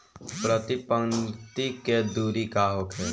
प्रति पंक्ति के दूरी का होखे?